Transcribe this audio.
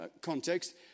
context